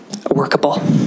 workable